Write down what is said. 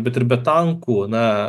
bet ir be tankų na